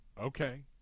okay